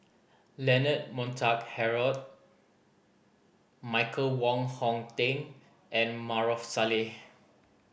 Leonard Montague Harrod Michael Wong Hong Teng and Maarof Salleh